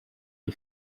iyi